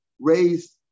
raised